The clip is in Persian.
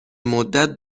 مدت